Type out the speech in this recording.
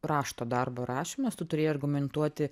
rašto darbo rašymas tu turėjai argumentuoti